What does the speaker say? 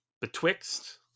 Betwixt